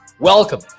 Welcome